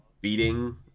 beating